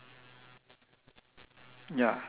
mine is tom three point sue five point